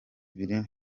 ibiri